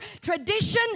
tradition